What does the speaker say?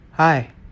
Hi